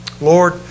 Lord